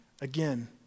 Again